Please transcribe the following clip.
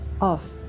off